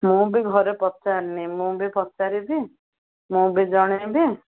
ମୁଁ ବି ଘରେ ପଚାରିନି ମୁଁ ବି ପଚାରିବି ମୁଁ ବି ଜଣାଇବି